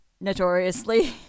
notoriously